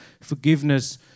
forgiveness